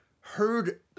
heard